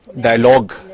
dialogue